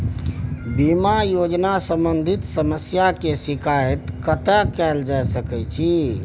बीमा योजना सम्बंधित समस्या के शिकायत कत्ते कैल जा सकै छी?